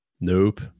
Nope